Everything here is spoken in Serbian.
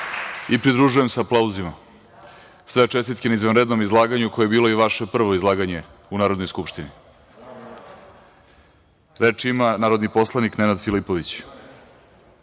i pridružujem se aplauzima. Sve čestitke na izvanrednom izlaganju koje je bilo i vaše prvo izlaganje u Narodnoj skupštini. Reč ima narodni poslanik Nenad Filipović.